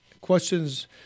questions